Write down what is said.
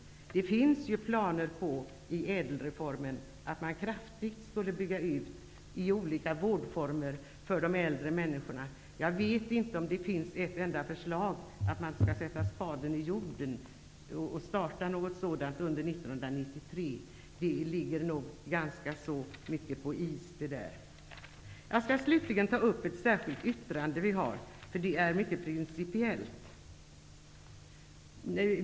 I ÄDEL-reformen finns planer på en kraftig utbyggnad inom olika vårdformer för de äldre människorna. Jag vet inte om det finns ett enda förslag som nått därhän att man skall sätta spaden i jorden och starta något sådant bygge under 1993. De planerna ligger nog på is. Jag skall slutligen ta upp ett särskilt yttrande som vi har gjort. Det är mycket principiellt.